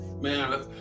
Man